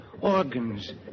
organs